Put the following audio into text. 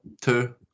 two